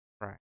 Right